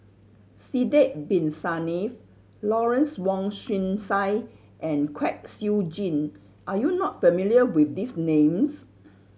Sidek Bin Saniff Lawrence Wong Shyun Tsai and Kwek Siew Jin are you not familiar with these names